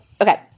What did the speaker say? Okay